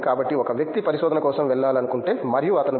కాబట్టి ఒక వ్యక్తి పరిశోధన కోసం వెళ్లాలనుకుంటే మరియు అతను బి